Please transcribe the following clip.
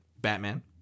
Batman